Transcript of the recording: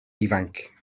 ifanc